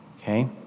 Okay